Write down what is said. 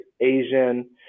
Asian